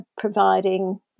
providing